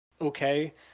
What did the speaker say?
okay